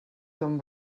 ton